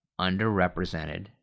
underrepresented